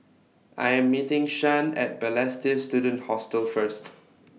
I Am meeting Shan At Balestier Student Hostel First